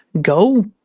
go